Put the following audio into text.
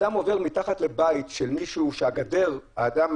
אם אדם עובר מתחת לבית של מישהו כשהגדר היא